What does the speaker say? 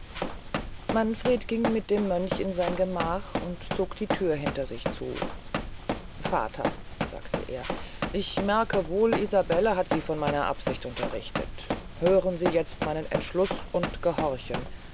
manfred ging mit dem mönch in sein gemach und zog die thür hinter sich zu vater sagt er ich merke wohl isabelle hat sie von meiner absicht unterrichtet hören sie jetzt meinen entschluß und gehorchen